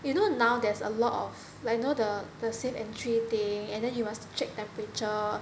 you know now there's a lot of like you know the the safe entry thing and then you must check temperature